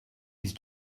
his